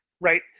right